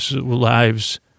lives